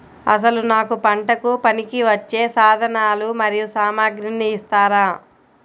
అసలు నాకు పంటకు పనికివచ్చే సాధనాలు మరియు సామగ్రిని ఇస్తారా?